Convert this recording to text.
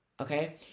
Okay